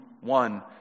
one